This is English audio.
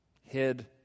hid